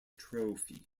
trophy